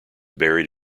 buried